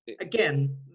Again